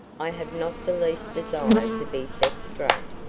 i have not the least desire to be set straight.